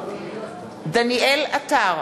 דניאל עטר,